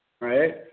right